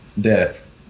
death